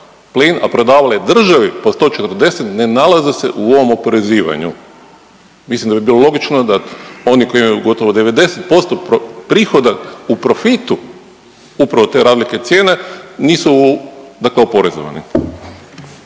a prodavale državi po 140 ne nalaze se u ovom oporezivanju? Mislim da bi bilo logično da oni koji imaju gotovo 90% prihoda u profitu upravo te razlike cijene, nisu dakle oporezovane.